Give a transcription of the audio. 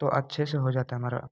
तो अच्छे से हो जाता है हमारा